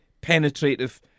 penetrative